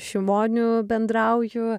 šimoniu bendrauju